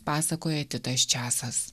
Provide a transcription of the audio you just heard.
pasakoja titas česas